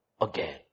again